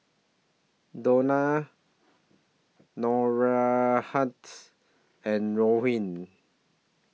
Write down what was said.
Dionne and Rowan